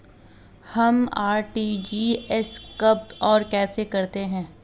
हम आर.टी.जी.एस कब और कैसे करते हैं?